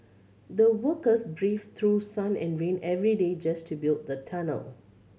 the workers braved through sun and rain every day just to build the tunnel